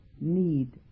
need